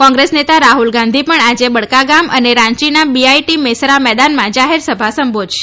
કોંગ્રેસ નેતા રાહ્રલ ગાંધી પણ આજે બડકાગામ અને રાંચીના બીઆઈટી મેસરા મેદાનમાં જાહેર સભા સંબોધશે